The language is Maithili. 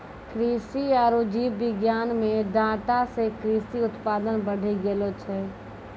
कृषि आरु जीव विज्ञान मे डाटा से कृषि उत्पादन बढ़ी गेलो छै